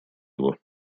его